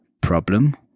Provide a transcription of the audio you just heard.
problem